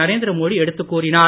நரேந்திர மோடி எடுத்துக் கூறினார்